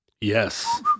Yes